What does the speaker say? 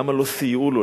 למה לא סייעו לו?